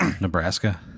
Nebraska